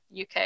UK